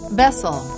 vessel